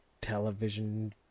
television